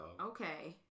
Okay